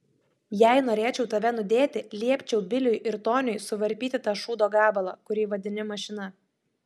jei norėčiau tave nudėti liepčiau biliui ir toniui suvarpyti tą šūdo gabalą kurį vadini mašina